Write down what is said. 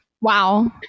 wow